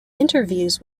interviews